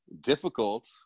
difficult